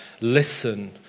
listen